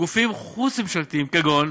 גופים חוץ-ממשלתיים כגון